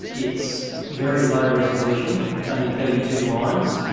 it's very low resolution, only thirty two lines,